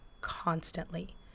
constantly